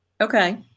Okay